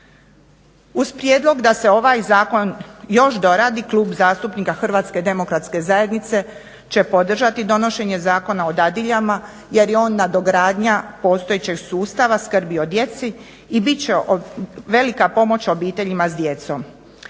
uz prijedlog da se ovaj zakon još doradi Klub zastupnika Hrvatske demokratske zajednice će podržati donošenje Zakona o dadiljama, jer je on nadogradnja postojećeg sustava skrbi o djeci i bit će velika pomoć obiteljima s djecom.